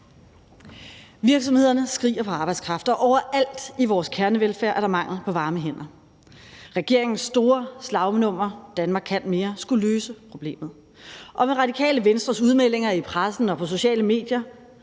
Virksomhederne skriger på arbejdskraft, og overalt i vores kernevelfærd er der mangel på varme hænder. Regeringens store slagnummer »Danmark kan mere« skulle løse problemet, og med Radikale Venstres udmeldinger i pressen og på sociale medier